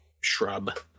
shrub